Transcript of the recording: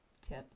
tip